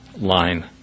line